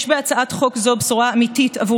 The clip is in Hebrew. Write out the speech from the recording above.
יש בהצעת חוק זו בשורה אמיתית עבור